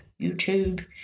YouTube